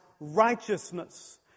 righteousness